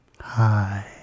Hi